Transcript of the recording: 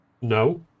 No